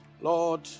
Lord